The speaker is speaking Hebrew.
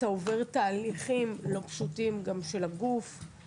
אתה עובר תהליכים לא פשוטים גם של הגוף,